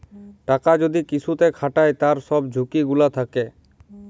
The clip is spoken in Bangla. টাকা যদি কিসুতে খাটায় তার সব ঝুকি গুলা থাক্যে